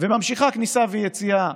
וממשיכות כניסה ויציאה